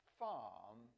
farm